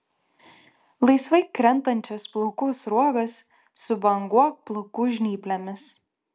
laisvai krentančias plaukų sruogas subanguok plaukų žnyplėmis